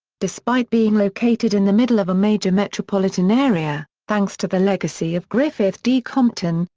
despite being located in the middle of a major metropolitan area, thanks to the legacy of griffith d. compton,